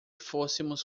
fôssemos